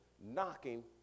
knocking